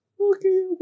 okay